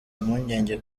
impungenge